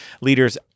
leaders